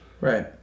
Right